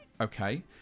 Okay